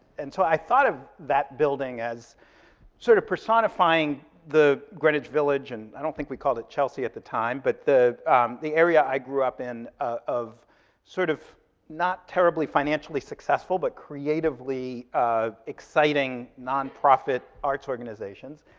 and so i thought of that building as sort of personifying the greenwich village, and i don't think we called it chelsea at the time, but the the area i grew up in, of sort of not terribly financially successful but creatively exciting, nonprofit arts organizations.